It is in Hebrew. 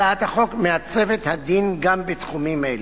הצעת החוק מעצבת הדין גם בתחומים האלה.